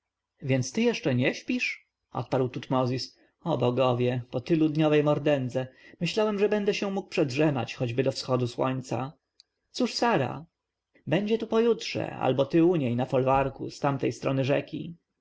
więc ty jeszcze nie śpisz odparł tutmozis o bogowie po tylodniowej mordędze myślałem że będę się mógł przedrzemać choćby do wschodu słońca cóż sara będzie tu pojutrze albo ty u niej na folwarku z tamtej strony rzeki